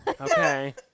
Okay